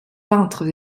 peintres